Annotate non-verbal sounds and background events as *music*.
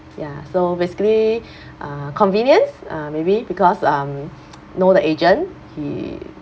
ya so basically *breath* uh convenience uh maybe because um *noise* know the agent he